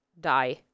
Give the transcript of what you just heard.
die